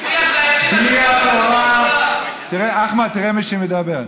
אחמד, תראה מי שמדבר.